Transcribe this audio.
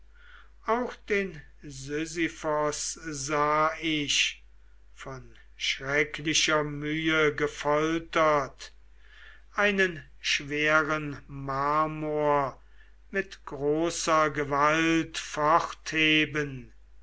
auch den sisyphos sah ich von schrecklicher mühe gefoltert einen schweren marmor mit großer gewalt